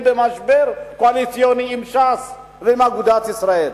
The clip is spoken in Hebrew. במשבר קואליציוני עם ש"ס ואגודת ישראל.